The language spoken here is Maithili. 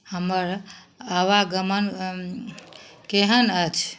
हमर आवागमन केहन अछि